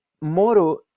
Moro